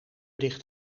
dicht